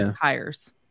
hires